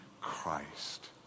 Christ